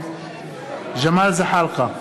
ג'מאל זחאלקה,